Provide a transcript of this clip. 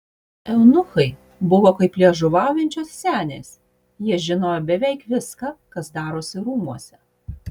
eunuchai buvo kaip liežuvaujančios senės jie žinojo beveik viską kas darosi rūmuose